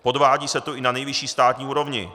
Podvádí se tu i na nejvyšší státní úrovni.